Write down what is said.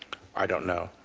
i don't know.